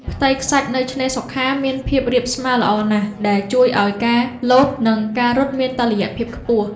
ផ្ទៃខ្សាច់នៅឆ្នេរសុខាមានភាពរាបស្មើល្អណាស់ ដែលជួយឱ្យការលោត និងការរត់មានតុល្យភាពខ្ពស់។